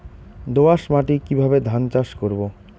দোয়াস মাটি কিভাবে ধান চাষ করব?